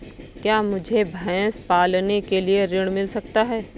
क्या मुझे भैंस पालने के लिए ऋण मिल सकता है?